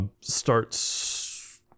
starts